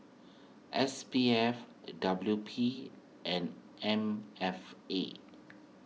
S P F W P and M F A